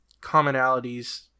commonalities